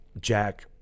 Jack